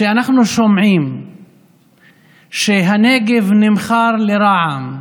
שאנחנו שומעים שהנגב נמכר לרע"מ,